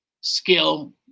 skill